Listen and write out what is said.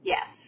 Yes